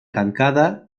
tancada